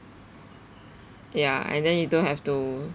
ya and then you don't have to